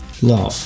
Love